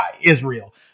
Israel